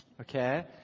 okay